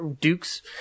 Dukes